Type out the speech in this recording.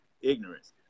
Ignorance